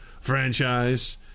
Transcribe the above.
franchise